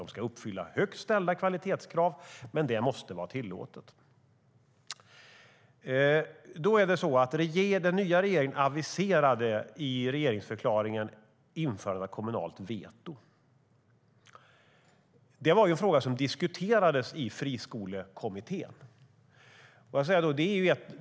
De ska uppfylla högt ställda kvalitetskrav, men det måste vara tillåtet. Den nya regeringen aviserade i regeringsförklaringen införandet av kommunalt veto. Det var en fråga som diskuterades i Friskolekommittén.